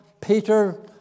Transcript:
Peter